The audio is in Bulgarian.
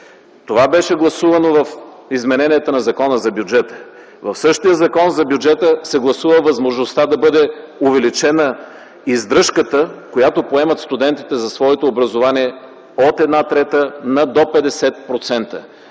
Това беше гласувано в измененията на Закона за бюджета. В същия Закон за бюджета се гласува възможността да бъде увеличена издръжката, която поемат студентите за своето образование от една трета на до 50%.